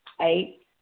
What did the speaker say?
Eight